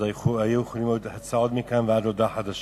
אז היו יכולות להיות הצעות מכאן ועד להודעה חדשה,